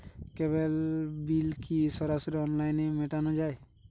কেবল bill কি সরাসরি অনলাইনে মেটানো য়ায়?